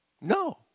No